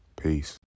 Peace